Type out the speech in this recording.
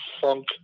funk